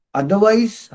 otherwise